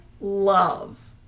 Love